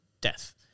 death